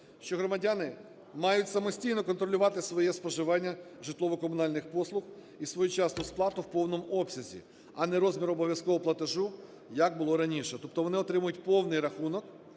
що громадяни мають самостійно контролювати своє споживання житлово-комунальних послуг і своєчасну сплату в повному обсязі, а не розмір обов'язкового платежу, як було раніше. Тобто вони отримують повний рахунок,